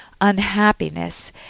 unhappiness